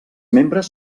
membres